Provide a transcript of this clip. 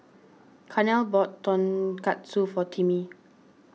Carnell bought Tonkatsu for Timmie